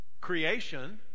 Creation